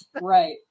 Right